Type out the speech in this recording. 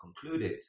concluded